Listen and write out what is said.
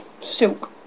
silk